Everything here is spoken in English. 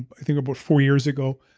but i think about four years ago,